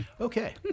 Okay